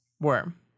worm